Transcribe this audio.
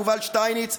יובל שטייניץ,